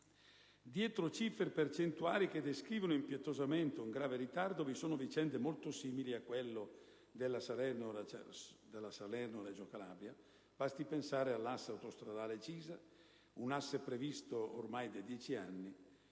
Dietro cifre e percentuali che descrivono impietosamente un grave ritardo, vi sono vicende molti simili a quella della Salerno-Reggio Calabria. Basti pensare all'asse autostradale della Cisa, previsto ormai da 10 anni,